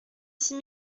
six